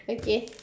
okay